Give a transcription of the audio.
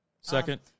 second